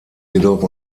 jedoch